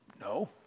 no